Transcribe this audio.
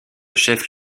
chef